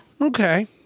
Okay